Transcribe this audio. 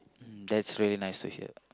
mm that's really nice to hear